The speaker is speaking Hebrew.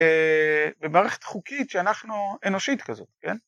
במערכת חוקית שאנחנו אנושית כזו, כן?